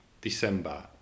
December